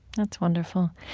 that's wonderful.